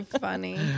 funny